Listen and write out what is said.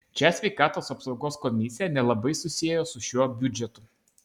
čia sveikatos apsaugos komisija nelabai susiejo su šiuo biudžetu